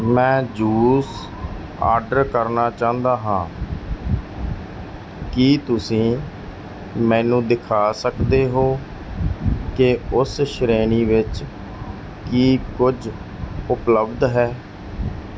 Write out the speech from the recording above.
ਮੈਂ juice order ਕਰਨਾ ਚਾਹੁੰਦਾ ਹਾਂ ਕੀ ਤੁਸੀਂ ਮੈਨੂੰ ਦਿਖਾ ਸਕਦੇ ਹੋ ਕਿ ਉਸ ਸ਼੍ਰੇਣੀ ਵਿੱਚ ਕੀ ਕੁਝ ਉਪਲੱਬਧ ਹੈ